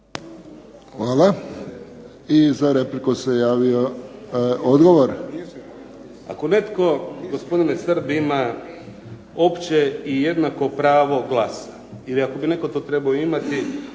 Hvala. I za repliku se javio. Odgovor. **Kajin, Damir (IDS)** Ako netko gospodine Srb ima opće i jednako pravo glasa i ako bi netko to trebao imati,